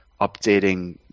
updating